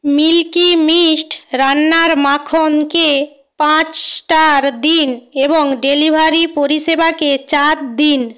milky Mist রান্নার মাখনকে পাঁচ স্টার দিন এবং ডেলিভারি পরিষেবাকে চার দিন